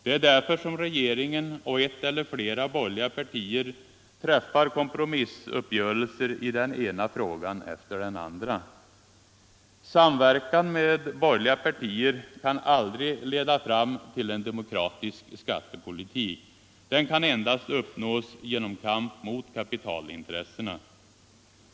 Det är därför som regeringen och ett eller flera borgerliga partier träffar kompromissuppgörelser i den ena frågan efter den andra. Samverkan med borgerliga partier kan aldrig leda fram till en demokratisk skattepolitik. Den kan endast uppnås genom kamp mot kapitalintressena.